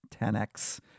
10x